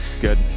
Good